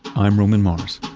i'm roman mars